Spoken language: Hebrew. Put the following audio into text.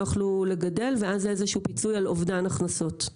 יוכלו לגדל ואז איזה שהוא פיצוי על אובדן הכנסות?